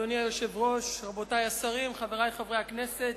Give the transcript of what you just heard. אדוני היושב-ראש, רבותי השרים, חברי חברי הכנסת,